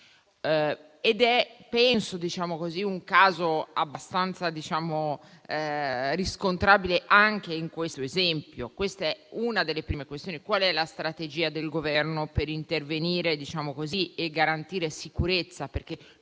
cittadini. È un caso abbastanza riscontrabile anche in questo esempio. Questa è una delle prime questioni: qual è la strategia del Governo per intervenire e garantire sicurezza,